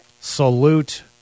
salute